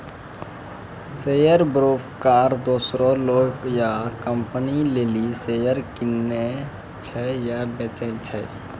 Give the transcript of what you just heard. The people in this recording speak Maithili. शेयर ब्रोकर दोसरो लोग या कंपनी लेली शेयर किनै छै या बेचै छै